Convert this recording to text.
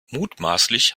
mutmaßlich